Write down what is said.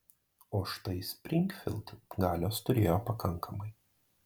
o štai springfild galios turėjo pakankamai